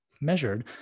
measured